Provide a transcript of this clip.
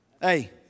Hey